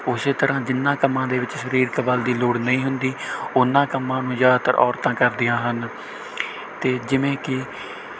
ਉਸ ਤਰ੍ਹਾਂ ਜਿਨ੍ਹਾਂ ਕੰਮਾਂ ਦੇ ਵਿੱਚ ਸਰੀਰਕ ਬਲ ਦੀ ਲੋੜ ਨਹੀਂ ਹੁੰਦੀ ਉਹਨਾਂ ਕੰਮਾਂ ਨੂੰ ਜ਼ਿਆਦਾਤਰ ਔਰਤਾਂ ਕਰਦੀਆਂ ਹਨ ਅਤੇ ਜਿਵੇਂ ਕਿ